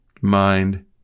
mind